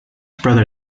brother